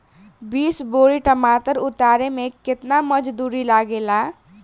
बीस बोरी टमाटर उतारे मे केतना मजदुरी लगेगा?